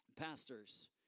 pastors